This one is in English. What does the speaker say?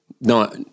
No